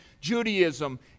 Judaism